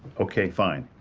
okay. fine.